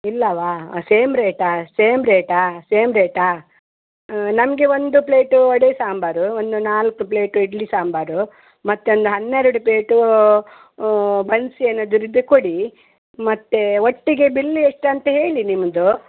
ಇಲ್ಲವಾ ಅ same rate same ರೇಟಾ ಸೇಮ್ ರೇಟಾ ನಮಗೆ ಒಂದು ಪ್ಲೇಟ್ ವಡೆ ಸಾಂಬಾರು ಒಂದು ನಾಲ್ಕು ಪ್ಲೇಟ್ ಇಡ್ಲಿ ಸಾಂಬಾರು ಮತ್ತೆ ಒಂದು ಹನ್ನೆರಡು ಪ್ಲೇಟೂ ಬನ್ಸ್ ಏನಾದರೂ ಇದ್ದರೆ ಕೊಡಿ ಮತ್ತು ಒಟ್ಟಿಗೆ ಬಿಲ್ ಎಷ್ಟು ಅಂತ ಹೇಳಿ ನಿಮ್ಮದು